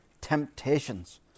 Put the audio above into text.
temptations